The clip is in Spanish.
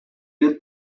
good